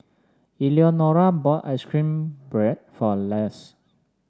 Eleonora bought ice cream bread for Lars